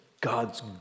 God's